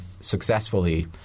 successfully